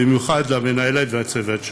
במיוחד למנהלת ולצוות שלה.